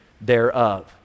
thereof